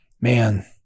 man